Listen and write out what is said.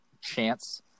chance